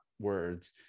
words